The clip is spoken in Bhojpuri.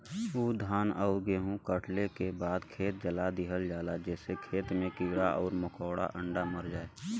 ऊख, धान आउर गेंहू कटले के बाद खेत के जला दिहल जाला जेसे खेत के कीड़ा आउर ओकर अंडा मर जाला